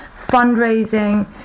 fundraising